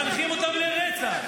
מחנכים אותם לרצח,